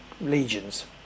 Legions